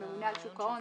לממונה על שוק ההון,